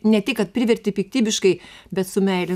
ne tik kad priverti piktybiškai bet su meile